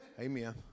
Amen